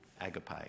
agape